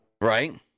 Right